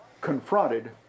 confronted